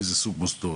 איזה סוג מוסדות?